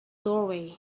doorway